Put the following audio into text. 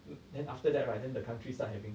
it then after that right then the countries start having